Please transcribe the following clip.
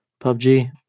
PUBG